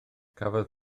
cafodd